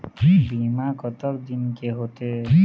बीमा कतक दिन के होते?